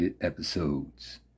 episodes